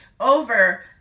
over